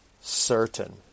certain